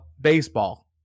baseball